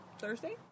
Thursday